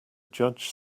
judge